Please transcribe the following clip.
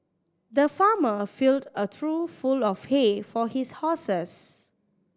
the farmer filled a trough full of hay for his horses